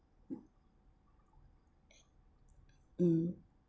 mm